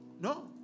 No